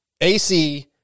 AC